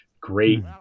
great